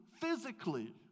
physically